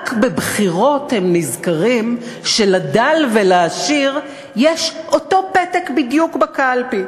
רק בבחירות הם נזכרים שלדל ולעשיר יש אותו פתק בדיוק בקלפי.